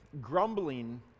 grumbling